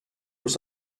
was